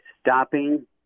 stopping